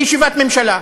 לישיבת הממשלה,